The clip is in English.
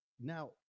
now